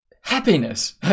happiness